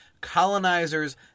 colonizers